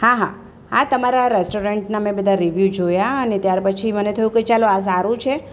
હા હા આ તમારા રેસ્ટોરન્ટના મેં બધા રિવ્યુ જોયા અને ત્યાર પછી મને થયું કે ચાલો આ સારું છે